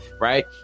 Right